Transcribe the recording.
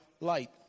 light